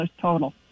total